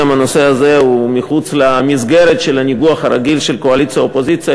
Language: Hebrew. גם הנושא הזה הוא מחוץ למסגרת של הניגוח הרגיל של קואליציה אופוזיציה.